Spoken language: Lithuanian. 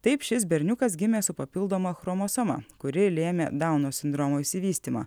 taip šis berniukas gimė su papildoma chromosoma kuri lėmė dauno sindromo išsivystymą